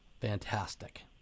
Fantastic